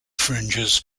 fringes